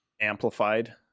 amplified